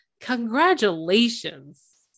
congratulations